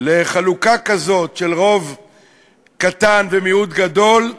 לחלוקה כזאת של רוב קטן ומיעוט גדול,